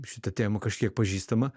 šita tema kažkiek pažįstama